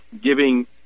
giving